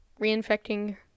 reinfecting